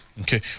Okay